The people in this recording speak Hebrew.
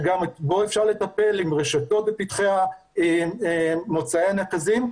שגם בו אפשר לטפל עם רשתות בפתחי מוצאי הנקזים,